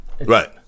right